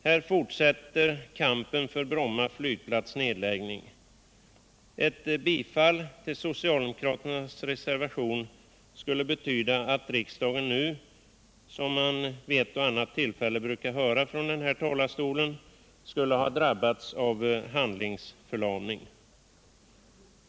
Här fortsätter kampen för en nedläggning av Bromma flygplats. Ett bifall till socialdemokraternas reservation skulle betyda att riksdagen nu, som man vid ett och annat tillfälle hör från denna talarstol, skulle ha drabbats av handlingsförlamning.